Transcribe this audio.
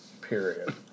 Period